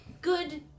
good